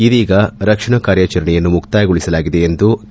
ಇದೀಗ ರಕ್ಷಣಾ ಕಾರ್ಯಾಚರಣೆಯನ್ನು ಮುಕ್ತಾಯಗೊಳಿಸಲಾಗಿದೆ ಎಂದು ಕೆ